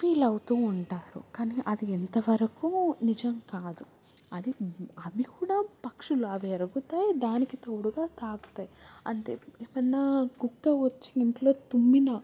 feel అవుతూ ఉంటారు కానీ అది ఎంతవరకు నిజం కాదు అది అవి కూడా పక్షులు అవి ఎరగుతాయి దానికి తోడుగా తాకుతాయి అంతే ఏవన్నా కుక్క వచ్చి ఇంట్లో తుమ్మినా